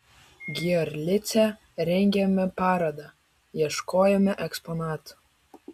giorlice rengėme parodą ieškojome eksponatų